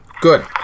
Good